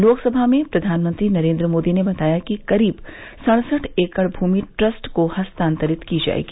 लोकसभा में प्रधानमंत्री नरेन्द्र मोदी ने बताया करीब सड़सठ एकड़ भूमि ट्रस्ट को हस्तांतरित की जाएगी